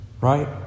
Right